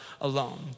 alone